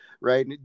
right